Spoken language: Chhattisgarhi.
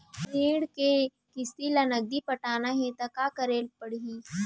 मोला अपन ऋण के किसती ला नगदी पटाना हे ता का करे पड़ही?